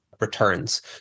returns